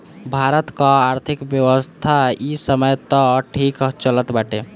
भारत कअ आर्थिक व्यवस्था इ समय तअ ठीक चलत बाटे